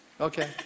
Okay